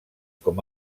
com